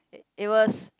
it was